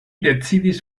decidis